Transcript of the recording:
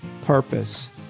purpose